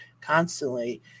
constantly